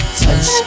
touch